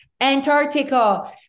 Antarctica